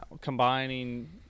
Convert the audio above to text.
combining